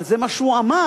אבל זה מה שהוא אמר.